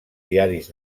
diaris